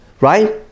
right